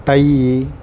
tie